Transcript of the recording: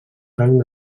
rang